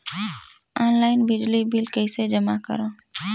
Online बिजली bill कइसे जमा करव?